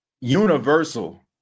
universal